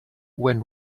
when